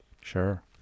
Sure